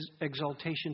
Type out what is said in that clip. exaltation